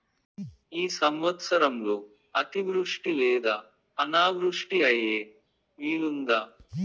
ఈ సంవత్సరంలో అతివృష్టి లేదా అనావృష్టి అయ్యే వీలుందా?